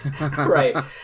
Right